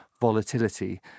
volatility